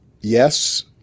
yes